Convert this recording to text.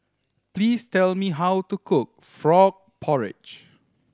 please tell me how to cook frog porridge